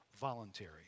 voluntary